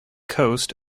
coast